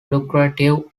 lucrative